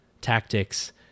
tactics